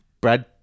Brad